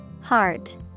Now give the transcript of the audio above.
Heart